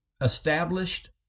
established